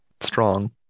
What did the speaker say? strong